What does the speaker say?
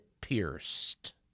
pierced